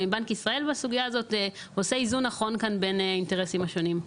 שכלל את בנק ישראל עושה כאן איזון נכון בין האינטרסים השונים.